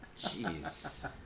Jeez